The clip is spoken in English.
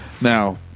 Now